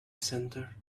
center